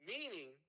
Meaning